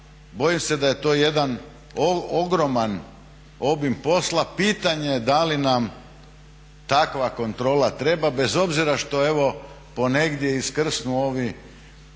Bojim se da je to jedan ogroman obim posla, pitanje je da li nam takva kontrola treba bez obzira što evo ponegdje iskrsnu ovi